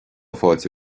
fáilte